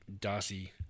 Darcy